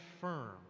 firm